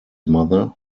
mother